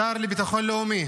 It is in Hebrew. השר לביטחון לאומי